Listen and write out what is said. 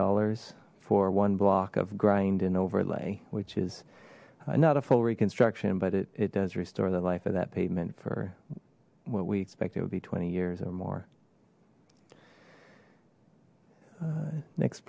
dollars for one block of grind and overlay which is not a full reconstruction but it does restore the life of that pavement for what we expect it would be twenty years or more next